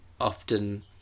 often